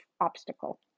obstacle